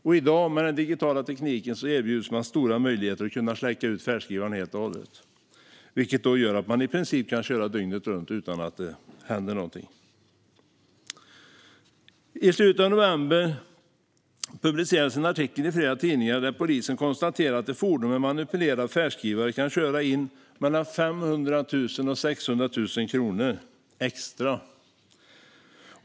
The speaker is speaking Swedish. Och med dagens digitala teknik erbjuds stora möjligheter att släcka ut färdskrivaren helt och hållet, vilket gör att man i princip kan köra dygnet runt utan att något händer. I slutet av november publicerades en artikel i flera tidningar där polisen konstaterar att ett fordon med manipulerad färdskrivare kan köra in mellan 500 000 och 600 000 kronor extra.